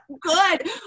good